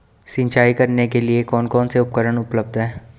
सिंचाई करने के लिए कौन कौन से उपकरण उपलब्ध हैं?